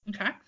okay